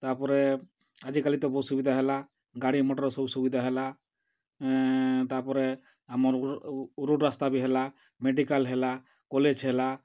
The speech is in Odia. ତା'ର୍ପରେ ଆଜିକାଲି ତ ବହୁତ୍ ସୁବିଧା ହେଲା ଗାଡ଼ି ମୋଟର୍ ସବୁ ସୁବିଧା ହେଲା ତା'ର୍ପରେ ଆମର୍ ଉରୁଡ଼୍ ରାସ୍ତା ବି ହେଲା ମେଡ଼ିକାଲ୍ ହେଲା କଲେଜ୍ ହେଲା